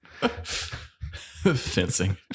Fencing